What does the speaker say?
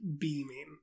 beaming